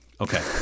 Okay